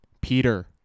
Peter